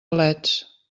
leds